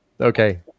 Okay